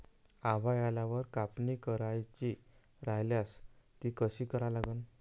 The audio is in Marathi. आभाळ आल्यावर कापनी करायची राह्यल्यास ती कशी करा लागन?